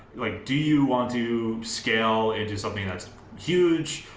like do you want to scale into something that's huge.